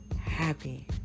happy